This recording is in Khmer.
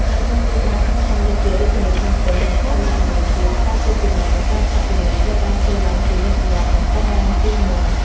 នៅក្នុងទីក្រុងធំៗដូចជារាជធានីភ្នំពេញ និងខេត្តមួយចំនួនទៀត ការត្រួតពិនិត្យ និងការផាកពិន័យត្រូវបានធ្វើឡើងជាញឹកញាប់ និងតឹងរ៉ឹងជាងមុន។